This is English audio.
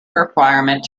requirement